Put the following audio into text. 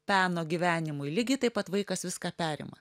peno gyvenimui lygiai taip pat vaikas viską perima